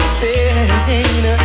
pain